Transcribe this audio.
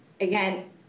Again